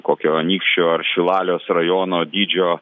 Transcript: kokio anykščio ar šilalės rajono dydžio